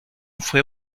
fue